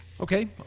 Okay